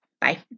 Bye